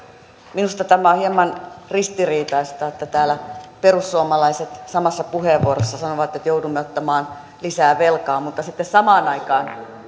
minusta tämä on hieman ristiriitaista että täällä perussuomalaiset samassa puheenvuorossa sanovat että joudumme ottamaan lisää velkaa mutta sitten samaan aikaan